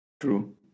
True